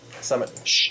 Summit